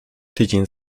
tydzień